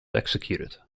executed